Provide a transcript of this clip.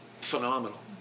Phenomenal